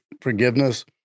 forgiveness